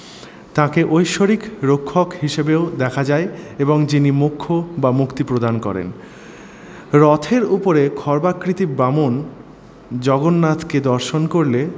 তাকে ঐশ্বরিক রক্ষক হিসেবেও দেখা যায় এবং যিনি মোক্ষ বা মুক্তি প্রদান করেন রথের উপরে খর্বাকৃতি বামন জগন্নাথকে দর্শন করলে